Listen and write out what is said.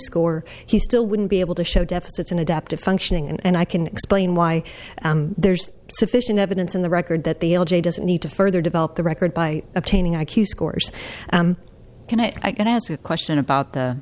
score he still wouldn't be able to show deficits in adaptive functioning and i can explain why there's sufficient evidence in the record that the l j doesn't need to further develop the record by obtaining i q scores can i can ask a question about the